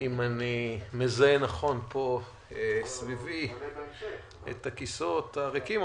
אם אני מזהה נכון סביבי את הכיסאות הריקים,